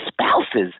spouses